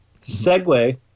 segue